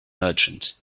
merchant